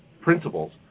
principles